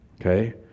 Okay